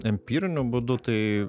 empiriniu būdu tai